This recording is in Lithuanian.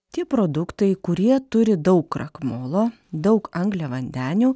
tie produktai kurie turi daug krakmolo daug angliavandenių